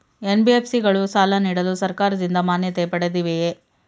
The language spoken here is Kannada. ಎನ್.ಬಿ.ಎಫ್.ಸಿ ಗಳು ಸಾಲ ನೀಡಲು ಸರ್ಕಾರದಿಂದ ಮಾನ್ಯತೆ ಪಡೆದಿವೆಯೇ?